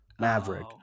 Maverick